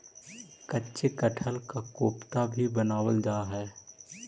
कच्चे कटहल का कोफ्ता भी बनावाल जा हई